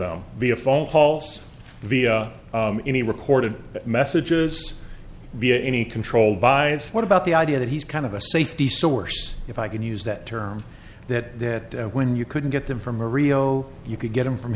them via phone calls via any recorded messages via any controlled buys what about the idea that he's kind of a safety source if i can use that term that when you couldn't get them from rio you could get them from